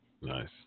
Nice